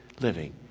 living